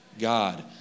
God